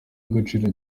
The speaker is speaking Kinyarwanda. agaciro